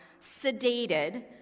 sedated